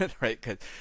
right